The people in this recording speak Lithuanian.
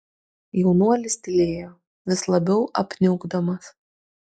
jaunuolis tylėjo vis labiau apniukdamas